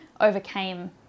overcame